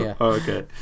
Okay